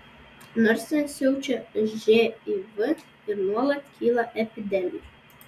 nors ten siaučia živ ir nuolat kyla epidemijų